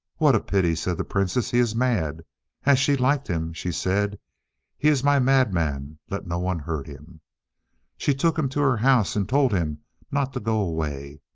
what a pity said the princess, he is mad as she liked him she said he is my madman let no one hurt him she took him to her house and told him not to go away,